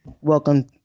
Welcome